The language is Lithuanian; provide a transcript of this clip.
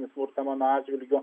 smurtą mano atžvilgiu